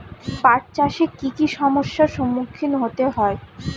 পাঠ চাষে কী কী সমস্যার সম্মুখীন হতে হয়?